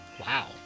Wow